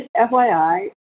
FYI